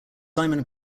simon